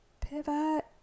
Pivot